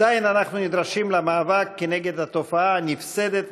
עדיין אנחנו נדרשים למאבק כנגד התופעה הנפסדת